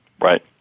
Right